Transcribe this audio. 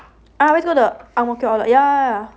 I always go to Ang Mo Kio outlet yeah